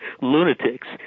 lunatics